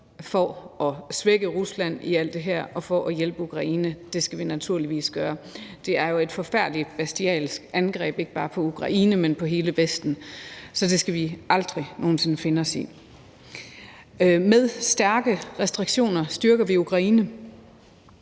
for at svække Rusland i alt det her og for at hjælpe Ukraine, skal vi naturligvis gøre. Det er jo et forfærdeligt, bestialsk angreb, ikke bare på Ukraine, men på hele Vesten, så det skal vi aldrig nogen sinde finde os i. Med stærke restriktioner styrker vi Ukraine.